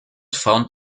found